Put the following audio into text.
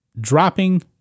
dropping